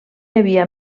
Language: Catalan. havia